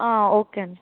okay అండి